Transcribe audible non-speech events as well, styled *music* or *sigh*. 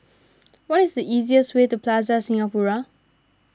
*noise* what is the easiest way to Plaza Singapura